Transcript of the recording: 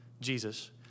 Jesus